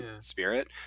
spirit